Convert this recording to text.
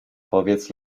powiedz